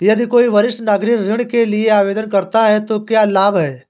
यदि कोई वरिष्ठ नागरिक ऋण के लिए आवेदन करता है तो क्या लाभ हैं?